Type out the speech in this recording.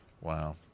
Wow